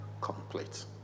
complete